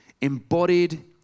embodied